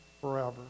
forever